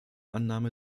annahme